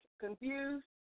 confused